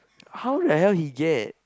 how the hell he get